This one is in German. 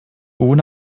ohne